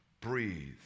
Breathe